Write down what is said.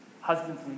Husbands